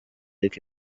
ariko